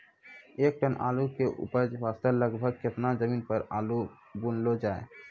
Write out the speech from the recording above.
एक टन आलू के उपज वास्ते लगभग केतना जमीन पर आलू बुनलो जाय?